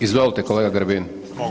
Izvolite kolega Grbin.